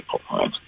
people